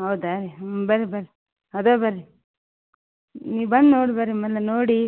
ಹೌದ ಹ್ಞೂ ಬರ್ರಿ ಬರ್ರಿ ಅದಾವೆ ಬರ್ರಿ ನೀವು ಬಂದು ನೋಡಿ ಬರ್ರಿ ಆಮೇಲೆ ನೋಡಿ